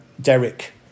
Derek